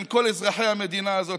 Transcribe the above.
בין כל אזרחי המדינה הזאת.